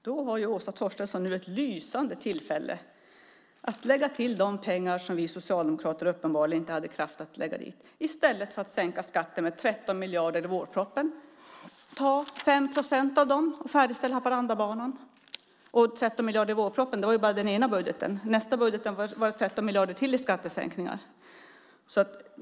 Herr talman! Åsa Torstensson har nu ett lysande tillfälle att lägga till de pengar som vi socialdemokrater uppenbarligen inte hade kraft att lägga dit, i stället för att sänka skatten med 13 miljarder i vårpropositionen. Ta 5 procent av dem och färdigställ Haparandabanan! 13 miljarder var ju bara i den ena budgeten, i vårpropositionen. I nästa budget var det 13 miljarder till i skattesänkningar.